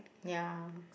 ya